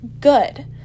good